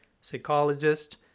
psychologist